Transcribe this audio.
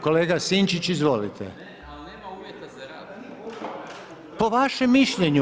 Kolega Sinčić, izvolite [[Upadica Maras: ali nema uvjeta za rad.]] Po vašem mišljenju.